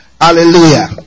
Hallelujah